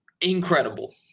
incredible